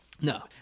no